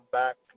back